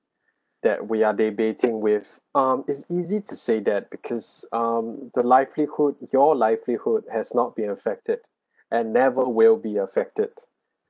that we are debating with um it's easy to say that because um the livelihood your livelihood has not been affected and never will be affected